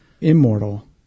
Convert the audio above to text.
immortal